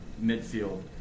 midfield